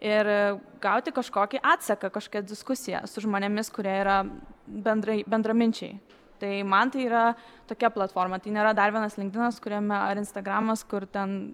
ir gauti kažkokį atsaką kažkokią diskusiją su žmonėmis kurie yra bendrai bendraminčiai tai man tai yra tokia platforma tai nėra dar vienas linkdinas kuriame ar instagramas kur ten